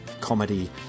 comedy